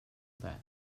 that